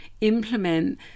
implement